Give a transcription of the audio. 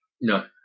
No